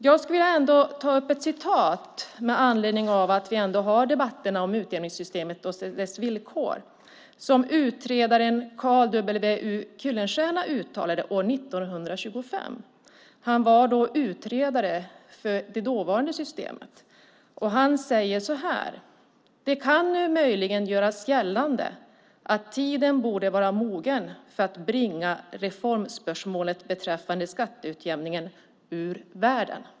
Jag skulle vilja läsa upp ett uttalande, med anledning av att vi har en debatt om utjämningssystemet och dess villkor, från utredaren Carl W U Kuylenstierna år 1925. Han var utredare av det dåvarande systemet. Han säger så här: Det kan nu möjligen göras gällande, att tiden borde vara mogen för att bringa reformspörsmålet beträffande skatteutjämningen ur världen.